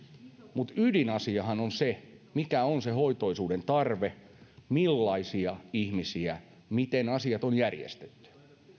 mutta ydinasiahan on se mikä on se hoitoisuuden tarve millaisia ihmisiä on miten asiat on järjestetty